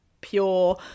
pure